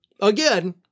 again